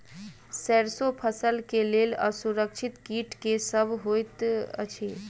सैरसो फसल केँ लेल असुरक्षित कीट केँ सब होइत अछि?